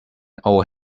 old